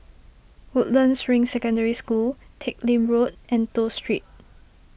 Woodlands Ring Secondary School Teck Lim Road and Toh Street